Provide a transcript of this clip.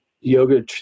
yoga